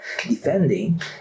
defending